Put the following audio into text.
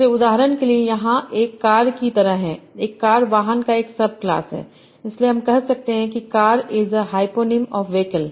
इसलिए उदाहरण के लिए यहां एक कार की तरह है एक कार वाहन का एक उपवर्ग है इसलिए हम कह सकते हैं कि car is a hyponym of vehicle